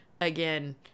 again